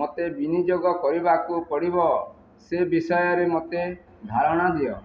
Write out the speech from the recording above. ମୋତେ ବିନିଯୋଗ କରିବାକୁ ପଡ଼ିବ ସେ ବିଷୟରେ ମୋତେ ଧାରଣା ଦିଅ